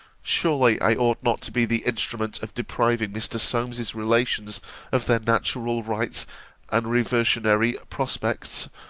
surely i ought not to be the instrument of depriving mr. solmes's relations of their natural rights and reversionary prospects,